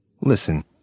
Listen